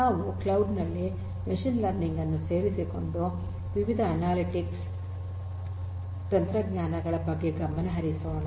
ನಾವು ಕ್ಲೌಡ್ ನಲ್ಲಿ machine learning ಅನ್ನು ಸೇರಿಸಿಕೊಂಡು ವಿವಿಧ ಅನಾಲಿಟಿಕ್ ತಂತ್ರಜ್ಞಾನಗಳ ಬಗ್ಗೆ ಗಮನ ಹರಿಸೋಣ